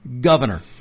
governor